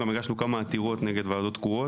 גם הגשנו כמה עתירות נגד ועדות קרואות.